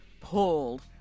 pulled